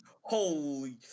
Holy